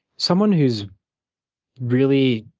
someone who's really,